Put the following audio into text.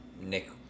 Nick